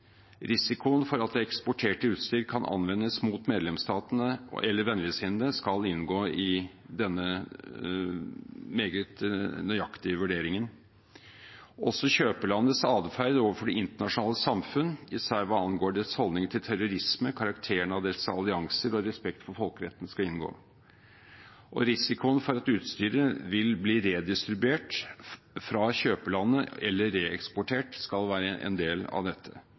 Risikoen for at det eksporterte utstyr kan anvendes mot medlemstatene eller mot vennligsinnede, skal inngå i denne meget nøyaktige vurderingen. Også kjøperlandets atferd overfor det internasjonale samfunn, især hva angår dets holdning til terrorisme, karakteren av dets allianser og respekten for folkeretten, skal inngå. Risikoen for at utstyret vil bli redistribuert eller reeksportert fra kjøperlandet, skal være en del av dette.